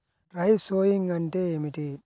Dry sowing అంటే ఏమిటి?